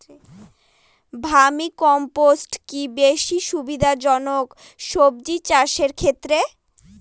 Vermi compost কি বেশী সুবিধা জনক সবজি চাষের ক্ষেত্রে?